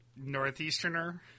Northeasterner